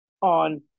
on